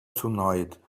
tonight